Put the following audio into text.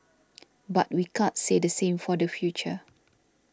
but we can't say the same for the future